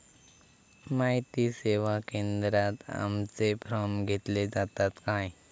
माहिती सेवा केंद्रात आमचे फॉर्म घेतले जातात काय?